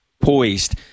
poised